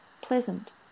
pleasant